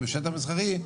בשטח מסחרי,